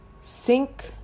sink